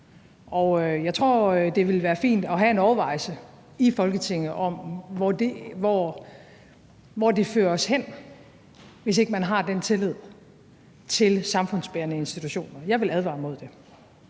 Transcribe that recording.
Jeg tror, det ville være fint at have en overvejelse i Folketinget om, hvor det fører os hen, hvis man ikke har den tillid til samfundsbærende institutioner. Jeg vil advare imod det.